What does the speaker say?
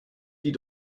die